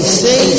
say